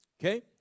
Okay